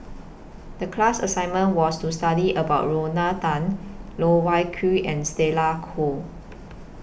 The class assignment was to study about Lorna Tan Loh Wai Kiew and Stella Kon